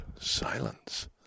silence